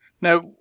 Now